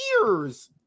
years